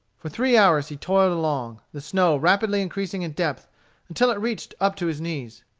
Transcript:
for three hours he toiled along, the snow rapidly increasing in depth until it reached up to his knees.